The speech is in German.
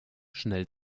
schnell